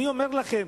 אני אומר לכם,